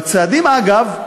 והצעדים, אגב,